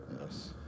Yes